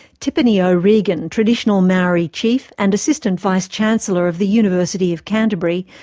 tipene yeah o'regan, traditional maori chief and assistant vice-chancellor of the university of canterbury,